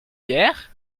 hier